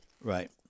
Right